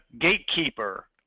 gatekeeper